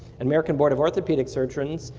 american board of orthopedic surgeons,